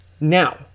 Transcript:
Now